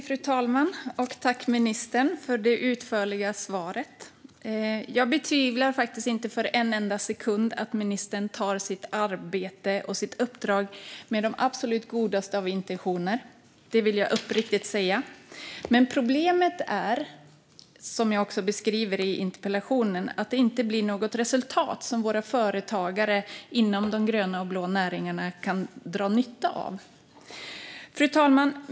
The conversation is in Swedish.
Fru talman! Tack, ministern, för det utförliga svaret! Jag betvivlar inte en enda sekund att ministern i sitt arbete och sitt uppdrag har de absolut godaste av intentioner. Det vill jag uppriktigt säga. Men problemet är, vilket jag också beskriver i interpellationen, att det inte blir något resultat som våra företagare inom de gröna och blå näringarna kan dra nytta av. Fru talman!